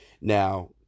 Now